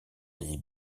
des